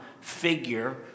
figure